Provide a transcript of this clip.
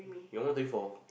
your mom thirty four